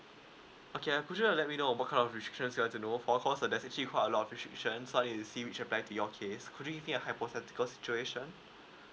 okay could you let me know what kind of restrictions you want to know for cause uh that's actually quite a lot of restrictions so I need to see which apply to your case could you give a hypothetical situation